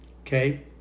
Okay